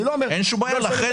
אין כל בעיה.